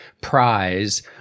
prize